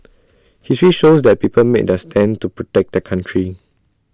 history shows that people made their stand to protect their country